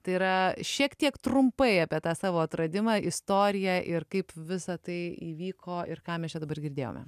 tai yra šiek tiek trumpai apie tą savo atradimą istoriją ir kaip visa tai įvyko ir ką mes čia dabar girdėjome